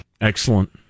Excellent